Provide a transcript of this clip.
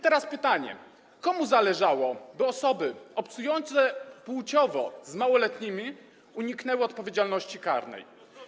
Teraz pytanie: Komu zależało, by osoby obcujące płciowo z małoletnimi uniknęły odpowiedzialności karnej?